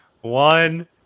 one